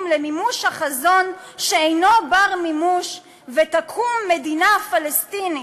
למימוש החזון שאינו בר-מימוש ותקום מדינה פלסטינית.